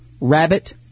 rabbit